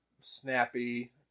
snappy